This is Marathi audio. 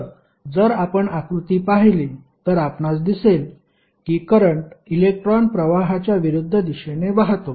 तर जर आपण आकृती पाहिली तर आपणास दिसेल की करंट इलेक्ट्रॉन प्रवाहाच्या विरुद्ध दिशेने वाहतो